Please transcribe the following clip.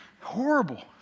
Horrible